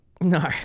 No